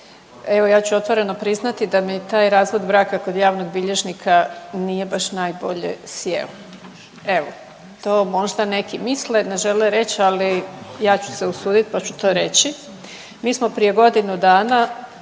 evo ja ću otvoreno priznati da mi taj razvod braka kod javnog bilježnika nije baš najbolje sjeo. Evo, to možda neki misle, ne žele reći ali ja ću se usudit pa ću to reći. Mi smo prije godinu dana